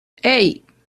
hey